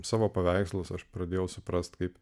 savo paveikslus aš pradėjau suprasti kaip